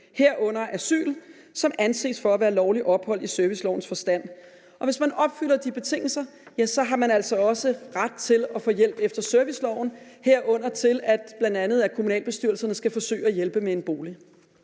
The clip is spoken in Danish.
herunder asyl, som anses for at være lovligt ophold i servicelovens forstand. Hvis man opfylder de betingelser, ja, så har man altså også ret til at få hjælp efter serviceloven, herunder bl.a. i forhold til at kommunalbestyrelserne skal forsøge at hjælpe med en bolig.